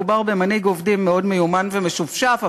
מדובר במנהיג עובדים מאוד מיומן ומשופשף,